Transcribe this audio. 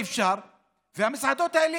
והמסעדות האלה,